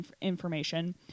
information